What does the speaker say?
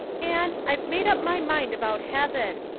anne, i've made up my mind about heaven.